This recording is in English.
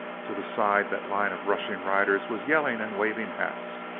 to the side, that line of rushing riders was yelling and waving hats.